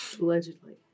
Allegedly